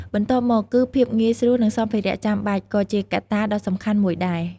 បន្ទាប់មក គឺភាពងាយស្រួល និងសម្ភារៈចាំបាច់ ក៏ជាកត្តាដ៏សំខាន់មួយដែរ។